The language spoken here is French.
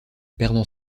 perdant